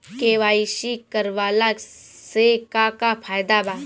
KYC करवला से का का फायदा बा?